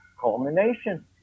culmination